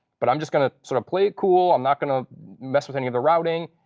but i'm just going to sort of play it cool. i'm not going to mess with any of the routing.